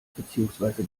beziehungsweise